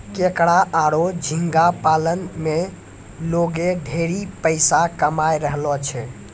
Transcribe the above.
केकड़ा आरो झींगा पालन में लोगें ढेरे पइसा कमाय रहलो छै